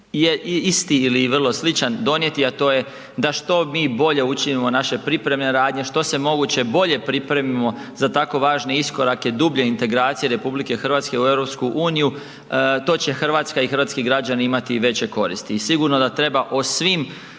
isti ili vrlo sličan donijeti a to je da što mi bolje učinimo naše pripremne radnje, što se moguće bolje pripremimo za tako važne iskorake, dublje integracije RH u EU-u, to će Hrvatska i hrvatski građani imati veće koristi i sigurno da treba o svim